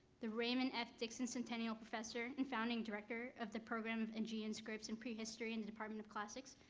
the raymond f. dickson centennial professor and founding director of the program in aegean scripts and prehistory in the department of classics,